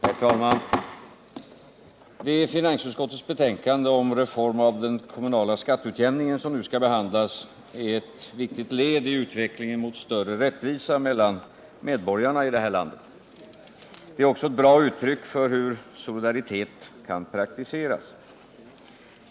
Herr talman! Det finansutskottets betänkande om en reformering av den kommunala skatteutjämningen, som nu skall behandlas, är ett viktigt led i utvecklingen mot större rättvisa mellan medborgarna i det här landet. Det är också ett bra uttryck för hur solidaritet kan praktiseras.